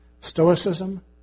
Stoicism